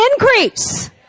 increase